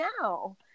now